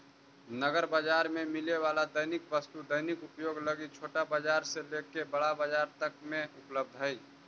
नगर बाजार में मिले वाला दैनिक वस्तु दैनिक उपयोग लगी छोटा बाजार से लेके बड़ा बाजार तक में उपलब्ध हई